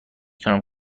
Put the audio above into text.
تونم